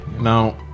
Now